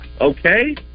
okay